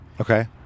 Okay